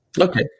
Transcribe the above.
okay